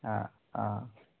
অ' অ'